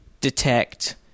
detect